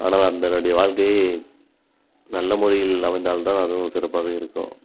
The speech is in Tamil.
ஆனால் அதனுடய வாழ்க்கையை நல்ல முறையில் அமைந்தால் தான் அதுவும் சிறப்பாக இருக்கும்